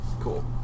Cool